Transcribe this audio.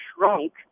shrunk